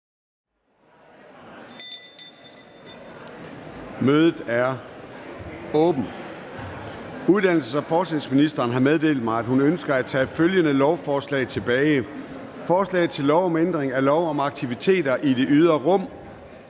Mødet er åbnet. Uddannelses- og forskningsministeren (Christina Egelund) har meddelt mig, at hun ønsker at tage følgende lovforslag tilbage: Forslag til lov om ændring af lov om aktiviteter i det ydre rum.